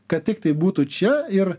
kad tiktai būtų čia ir